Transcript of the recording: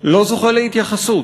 לא זוכה להתייחסות,